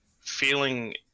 feeling